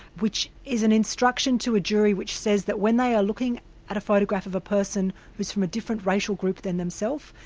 which is an instruction to a jury which says that when they are looking at a photograph of a person who's from a different racial group than themselves,